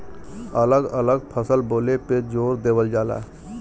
अलग अलग फसल बोले पे जोर देवल जाला